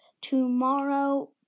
tomorrow